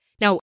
Now